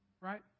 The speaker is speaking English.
right